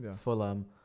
Fulham